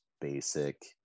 basic